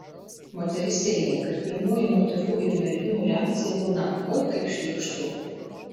moteris teigia kad pirmoji moterų ir merginų reakcija būna oi kaip šlykštu